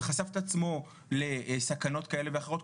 וחשף את עצמו לסכנות כאלה ואחרות,